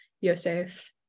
Yosef